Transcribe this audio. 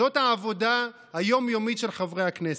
זאת העבודה היום-יומית של חברי הכנסת.